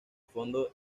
fondo